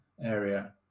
area